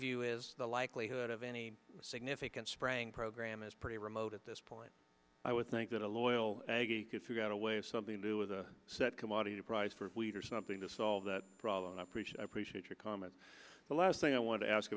view is the likelihood of any significant spring program is pretty remote at this point i would think that a loyal could figure out a way of something to do with a set commodity prices for wheat or something to solve that problem and i appreciate i appreciate your comment the last thing i want to ask